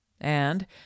And—